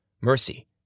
mercy